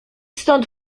stąd